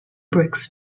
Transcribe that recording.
bricks